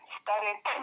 started